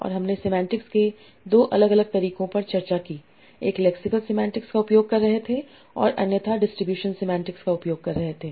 और हमने सेमांटिक्स के 2 अलग अलग तरीकों पर चर्चा की एक लेक्सिकल सेमांटिक्स का उपयोग कर रहे थे और अन्यथा डिस्ट्रीब्यूशन सेमांटिक्स का उपयोग कर रहे थे